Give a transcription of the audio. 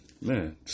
man